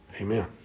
Amen